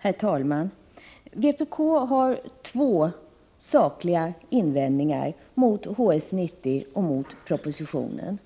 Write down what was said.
Herr talman! Vpk har två sakinvändningar mot HS 90 och mot propositionen.